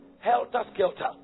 Helter-skelter